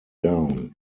down